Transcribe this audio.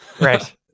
Right